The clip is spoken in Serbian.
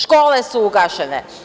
Škole su ugašene.